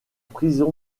prison